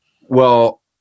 Well-